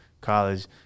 college